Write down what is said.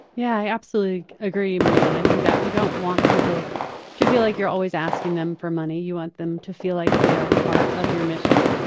yeah, i absolutely agree, maria. and i think that you don't want people to feel like you're always asking them for money. you want them to feel like they are part of your mission.